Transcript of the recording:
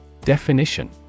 Definition